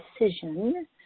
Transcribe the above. decision